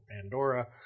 pandora